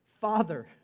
Father